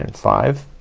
and five